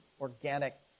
organic